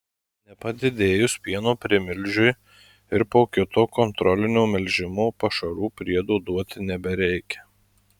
nepadidėjus pieno primilžiui ir po kito kontrolinio melžimo pašarų priedo duoti nebereikia